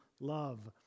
love